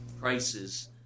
prices